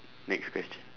next question